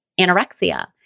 anorexia